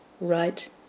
right